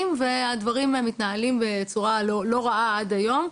והדברים מתנהלים בצורה לא רעה עד היום.